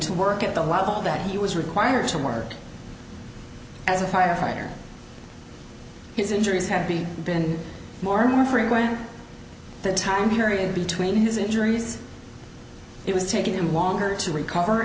to work at the level that he was required to work as a firefighter his injuries have been been more and more frequent the time period between his injuries it was taking him longer to recover